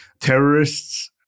terrorists